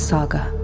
Saga